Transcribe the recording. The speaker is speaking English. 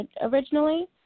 originally